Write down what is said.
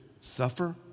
suffer